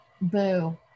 Boo